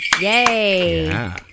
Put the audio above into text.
Yay